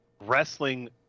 wrestling